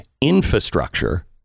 infrastructure